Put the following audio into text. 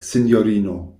sinjorino